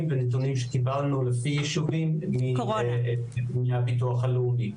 ונתונים שקיבלנו לפי יישובים מהביטוח הלאומי,